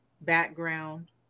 background